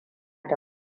da